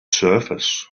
surface